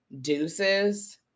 Deuces